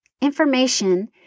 Information